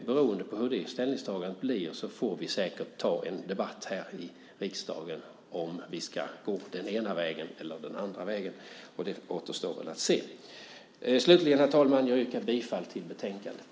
Beroende på hur det ställningstagandet blir får vi ta en debatt här i riksdagen om vi ska gå den ena eller den andra vägen. Det återstår att se. Slutligen yrkar jag bifall till förslaget i betänkandet.